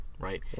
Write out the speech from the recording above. Right